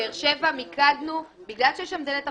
בבאר-שבע, בגלל שיש שם דרך אחורית,